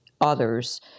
others